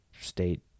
state